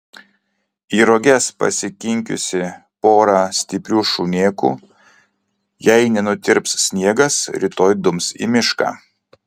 į roges pasikinkiusi porą stiprių šunėkų jei nenutirps sniegas rytoj dums į mišką